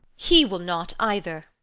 he will not either!